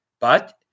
But-